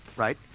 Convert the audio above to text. Right